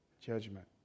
judgment